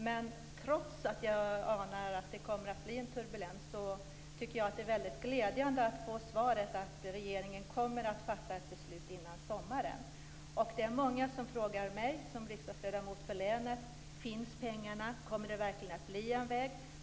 Men trots att jag anar att det kommer att bli en turbulens tycker jag att det är glädjande att få svaret att regeringen kommer att fatta ett beslut före sommaren. Det är många som frågar mig, som riksdagsledamot för länet, om pengarna finns och om det verkligen kommer att bli en väg.